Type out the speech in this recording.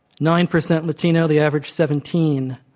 nine percent latina, the average seventeen.